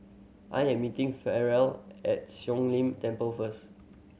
I am meeting Farrell at Siong Lim Temple first